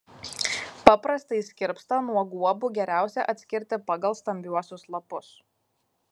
paprastąjį skirpstą nuo guobų geriausia atskirti pagal stambiuosius lapus